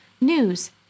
news